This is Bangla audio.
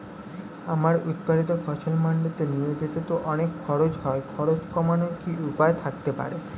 আমার উৎপাদিত ফসল মান্ডিতে নিয়ে যেতে তো অনেক খরচ হয় খরচ কমানোর কি উপায় থাকতে পারে?